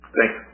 Thanks